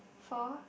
four